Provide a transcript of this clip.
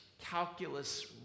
calculus